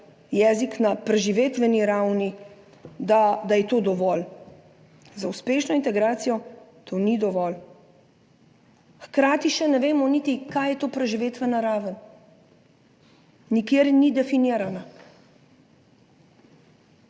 jezik na preživetveni ravni, da je to dovolj. Za uspešno integracijo, to ni dovolj. Hkrati še ne vemo niti, kaj je to preživetvena raven. Nikjer ni definirana.